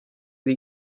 dei